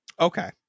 Okay